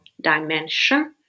dimension